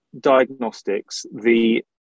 diagnostics—the